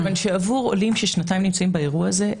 עבור עולים ששנתיים נמצאים באירוע הזה,